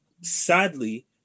sadly